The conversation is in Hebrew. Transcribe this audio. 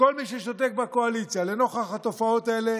וכל מי ששותק בקואליציה לנוכח התופעות האלה